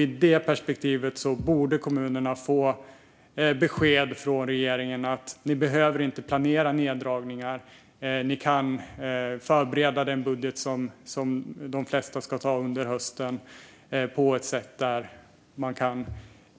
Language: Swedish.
I det perspektivet borde kommunerna få besked från regeringen att de inte behöver planera neddragningar utan kan förbereda sin budget, som de flesta ska besluta under hösten, på ett sådant sätt att de kan åtminstone